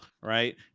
right